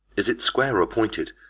is it square or pointed?